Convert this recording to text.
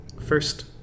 first